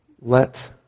let